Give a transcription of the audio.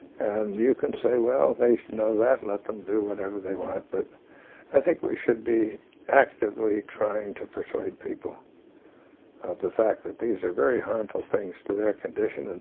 and you can say, well, they know that. let them do whatever they want. but i think we should be actively trying to persuade people of the fact that these are very harmful things to their condition. and